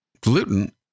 gluten